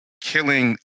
killing